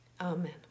Amen